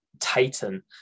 titan